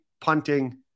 punting